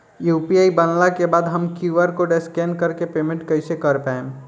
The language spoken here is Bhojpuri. यू.पी.आई बनला के बाद हम क्यू.आर कोड स्कैन कर के पेमेंट कइसे कर पाएम?